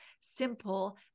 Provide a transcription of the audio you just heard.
simple